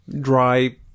dry